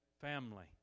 family